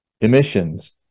emissions